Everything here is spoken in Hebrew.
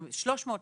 300,